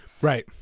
right